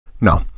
No